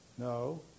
No